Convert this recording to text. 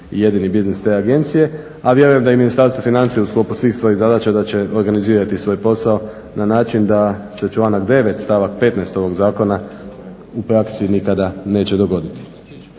jedini biznis te agencije, a vjerujem da i Ministarstvo financija u sklopu svih svojih zadaća da će organizirati svoj posao na način da se članak 9. stavak 15. ovog zakona u praksi nikada neće dogoditi.